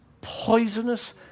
poisonous